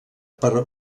per